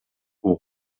aux